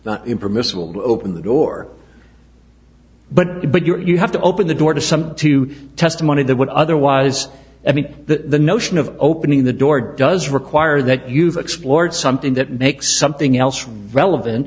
mpermissible open the door but but you're you have to open the door to some to testimony that would otherwise i mean the notion of opening the door does require that you've explored something that makes something else relevant